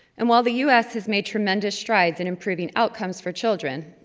and while the u s. has made tremendous strides in improving outcomes for children,